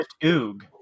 Oog